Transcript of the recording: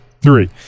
three